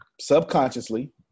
subconsciously